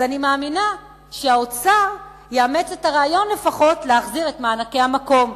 אז אני מאמינה שהאוצר יאמץ את הרעיון לפחות להחזיר את מענקי המקום,